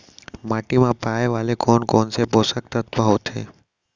माटी मा पाए वाले कोन कोन से पोसक तत्व होथे?